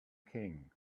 king